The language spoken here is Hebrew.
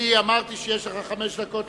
אני אמרתי שיש לך חמש דקות,